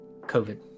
COVID